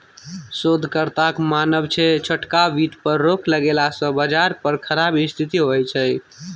शोधकर्ताक मानब छै छोटका बित्त पर रोक लगेला सँ बजार पर खराब स्थिति होइ छै